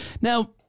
Now